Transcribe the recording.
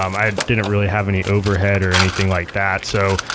um i didn't really have any overhead or anything like that. so,